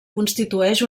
constitueix